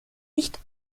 nicht